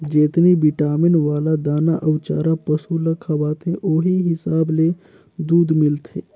जेतनी बिटामिन वाला दाना अउ चारा पसु ल खवाथे ओहि हिसाब ले दूद मिलथे